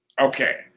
Okay